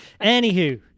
Anywho